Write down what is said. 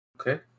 Okay